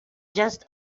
just